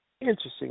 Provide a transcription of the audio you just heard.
interesting